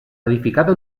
edificada